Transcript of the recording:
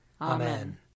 Amen